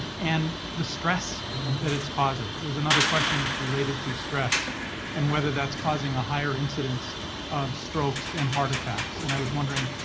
and and the stress that it's causing. there's another question that's related to stress and whether that's causing a higher incidence of strokes and heart attacks. and i was wondering,